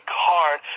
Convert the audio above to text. card